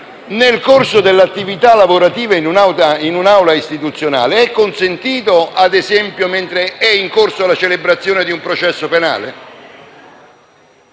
nel corso dell'attività lavorativa in un'aula istituzionale è consentito, ad esempio, mentre è in corso la celebrazione di un processo penale?